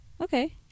Okay